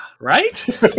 Right